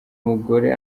mugore